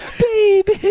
baby